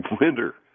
winter